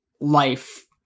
life